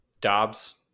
Dobbs